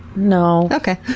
no. okay.